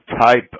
type